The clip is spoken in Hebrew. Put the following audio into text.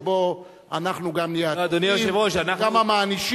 שבו אנחנו גם נהיה התובעים וגם המענישים,